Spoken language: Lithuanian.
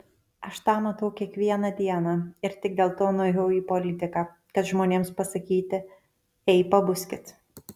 aš tą matau kiekvieną dieną ir tik dėl to nuėjau į politiką kad žmonėms pasakyti ei pabuskit